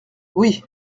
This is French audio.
oui